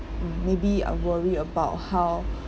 maybe a worry about how